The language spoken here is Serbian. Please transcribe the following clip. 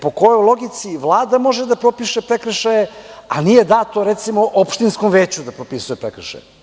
Po kojoj logici Vlada može da propiše prekršaje, a nije dato, recimo, opštinskom veću da propisuje prekršaje?